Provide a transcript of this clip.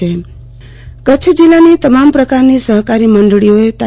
આરતી ભદ્દ કચ્છ જિલ્લાની તમામ પ્રકારની સફકારી મંડળીઓએ તા